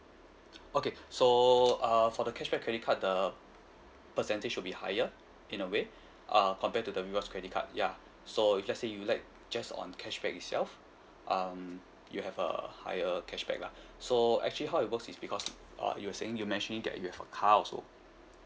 okay so uh for the cashback credit card the percentage will be higher in a way uh compared to the rewards credit card ya so if let say you like just on cashback itself um you have a higher cashback lah so actually how it works is because uh you were saying you mentioning that you have a car also